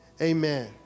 amen